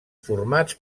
formats